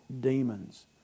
demons